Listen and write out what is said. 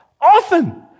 often